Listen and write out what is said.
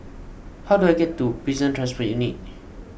how do I get to Prison Transport Unit